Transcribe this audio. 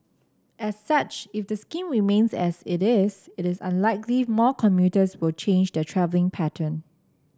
as such if the scheme remains as it is it is unlikely more commuters will change their travelling pattern